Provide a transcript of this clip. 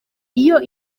iyo